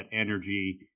energy